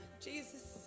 Jesus